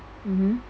mmhmm